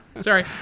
Sorry